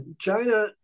china